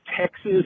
Texas